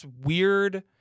weird